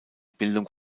bildung